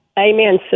Amen